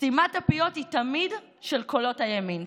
סתימת הפיות היא תמיד של קולות הימין.